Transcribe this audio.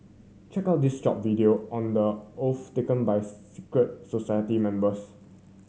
check out this short video on the oaths taken by secret society members